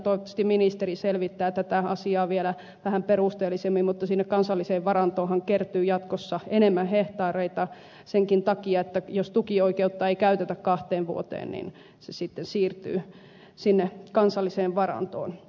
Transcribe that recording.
toivottavasti ministeri selvittää tätä asiaa vielä vähän perusteellisemmin mutta kansalliseen varantoonhan kertyy jatkossa huomattavasti enemmän hehtaareita senkin takia että jos tukioikeutta ei käytetä kahteen vuoteen se sitten siirtyy kansalliseen varantoon